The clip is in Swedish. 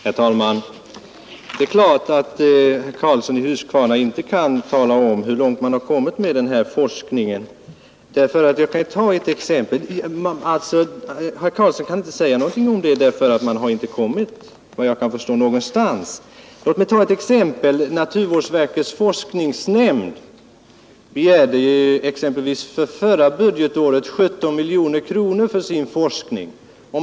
Herr talman! Det är klart att herr Karlsson i Huskvarna inte kan tala om hur långt man har kommit med den här forskningen därför att man efter vad jag förstår inte har kommit någonstans alls. Låt mig ta ett exempel. Naturvårdsverkets forskningsnämnd begärde för förra budgetåret 17 miljoner kronor för sin forskning.